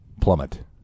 plummet